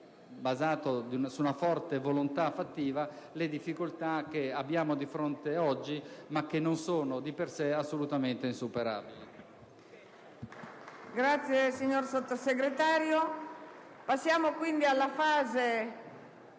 basato su una forte volontà fattiva, le difficoltà che abbiamo di fronte oggi, che non sono di per sé assolutamente insuperabili.